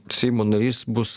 seimo narys bus